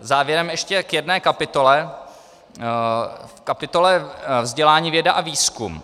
Závěrem ještě k jedné kapitole, kapitole Vzdělání, věda a výzkum.